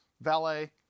valet